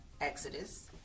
Exodus